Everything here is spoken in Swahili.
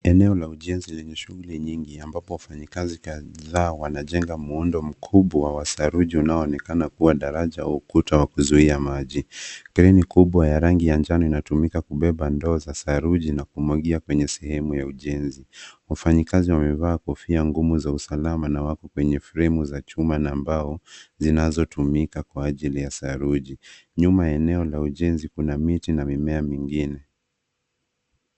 Eneo la ujenzi lenye shughuli nyingi ambapo wafanyikazi kadhaa wanajenga muundo mkubwa wa saruji unao onekana kuwa daraja, ukuta wa kuzuia maji. Kreni kubwa ya rangi ya njano inatumika kubeba ndo za saruji na kumwagia kwenye sehemu ya ujenzi. Wafanyikazi wamevaa kofia ngumu za usalama na wako kwenye fremu za chuma na mbao zinazo tumika kwa ajili ya saruji. Nyuma eneo la ujenzi kuna miti na mimea mingine.